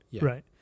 Right